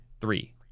three